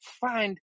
find